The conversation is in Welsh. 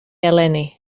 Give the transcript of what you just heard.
eleni